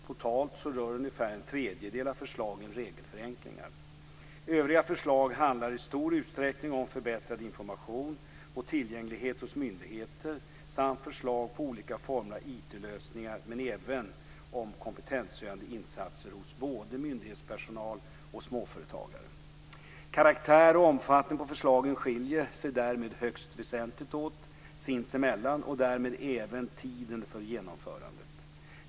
Totalt rör ungefär en tredjedel av förslagen regelförenklingar. Övriga förslag handlar i stor utsträckning om förbättrad information och tillgänglighet hos myndigheter samt förslag på olika former av IT-lösningar men även om kompetenshöjande insatser hos både myndighetspersonal och småföretagare. Karaktär och omfattning på förslagen skiljer sig därmed högst väsentligt åt sinsemellan och därmed även tiden för genomförandet.